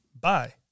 Bye